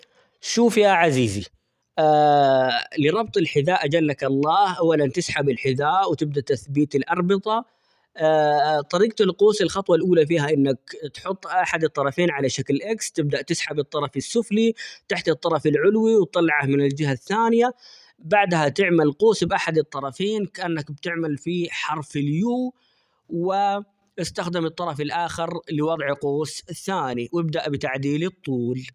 شوف يا عزيزي لربط الحذاء أجلك الله، أولا تسحب الحذاء ،وتبدأ بتثبيت الأربطة، طريقة القوس الخطوة الأولى فيها إنك تحط أحد الطرفين على شكل إكس تبدأ تسحب الطرف السفلي تحت الطرف العلوي وتطلعه من الجهة الثانية ،بعدها تعمل قوس بأحد الطرفين كأنك بتعمل فيه حرف اليو ،واستخدم الطرف الآخر لوضع قوس الثاني وابدأ بتعديل الطول.